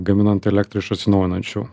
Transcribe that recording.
gaminant elektrą iš atsinaujinančių